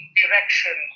direction